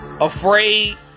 Afraid